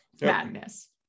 madness